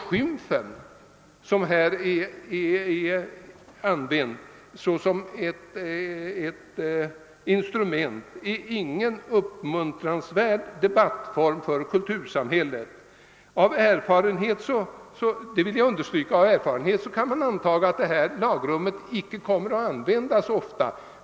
Skymfen, som här används som ett instrument, är ingen uppmuntransvärd debattform för kultursamhället. Av erfarenhet — det vill jag understryka — kan man anta att detta lagrum inte kommer att användas så särskilt ofta.